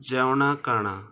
जेवणां काणां